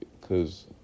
cause